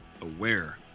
aware